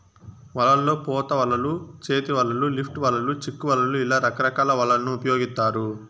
వలల్లో పోత వలలు, చేతి వలలు, లిఫ్ట్ వలలు, చిక్కు వలలు ఇలా రకరకాల వలలను ఉపయోగిత్తారు